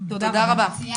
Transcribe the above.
תודה רבה.